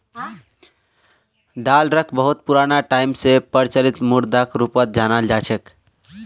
डालरक बहुत पुराना टाइम स प्रचलित मुद्राक रूपत जानाल जा छेक